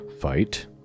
fight